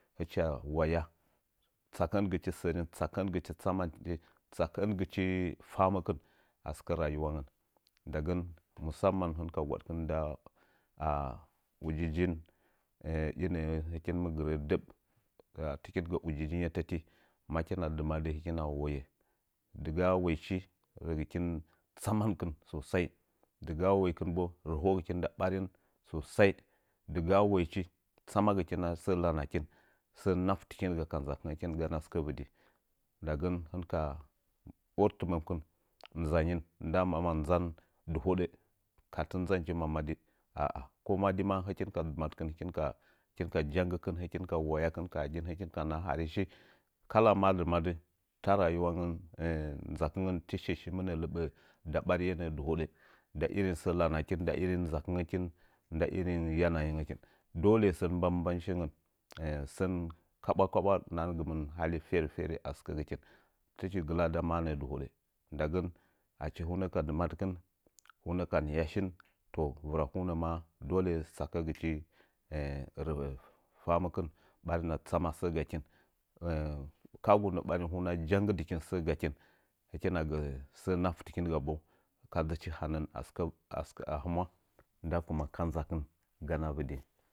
Hɨcha wayatsakə'əngichi səru tsakə əngɨchi tsama tsakə'ən gɨchi famɨkɨn a sɨkə rayiwa ngən ndagən musaman hɨn ka gwadkɨn nda eh ujiujin eh inə'ə hɨkin mɨ gɨrə dəm tɨkin gi iyiji ngetəti makina dɨmadɨ hɨkina wowoye dɨgaa waich rəgɨkin tsamankɨn susai dɨga wankɨn bo rəhogɨ kin nda ɓarin susai dɨgaa waichi tsamagikin səə lanakin səə naftɨkinga ka ndzakɨngəkin ganəa vɨdi nda gən hɨnka ortiməmkɨn nzanyin nda məna nzan dɨhodə kati nzandii ma madi 'a'a ko madi ma hɨkin ka dɨmadkɨn hɨkin ka janggɨkɨn hɨkin ka wayakɨn ka hagin hɨkin ka naha harishi kala maa dɨmadɨ ta rayiwangə nzakɨngən tɨchi shi mɨnə lɨɓə nda ɓariye nə'ə dɨhodə nda irin səə lanakin nda irin ndzakɨngəkin nda irin yanayangəkin dole sən bambanchengən sən kaɓwa kaɓwa nahangtutu halen ferə ferə asɨkəgəkin tɨchi gɨla nda ma nji dɨhodə achi hunə ka dɨmadkɨn hunə ka nihyashin vɨrakunə ma tsakəgɨchi rə famɨkɨn ɓarinna tsama səə gakin kaagunə barin hanə jangɨ dɨkin hɨkina gə sə naftɨkinga ba ka dzɨchi hanən ahɨmwa nda tsu ka dzakɨn ganə avɨdi.